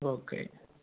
okay